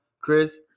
Chris